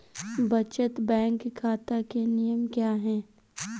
बचत बैंक खाता के नियम क्या हैं?